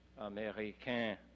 américain